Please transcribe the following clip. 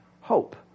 hope